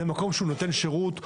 זה מקום שנותן שירות,